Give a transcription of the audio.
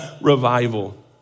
revival